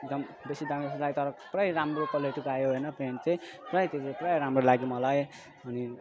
एकदम बेसी दामको जस्तो लाग्यो तर पुरै राम्रो क्वालिटी पायो होइन पेन्ट त्यही पुरै राम्रो लाग्यो मलाई अनि